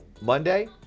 monday